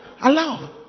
Allow